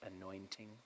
anointing